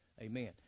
Amen